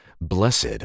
Blessed